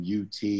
UT